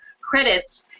credits